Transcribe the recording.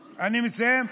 מסיים.